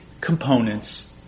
components